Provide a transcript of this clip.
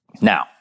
Now